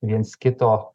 viens kito